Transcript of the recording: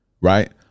Right